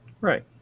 Right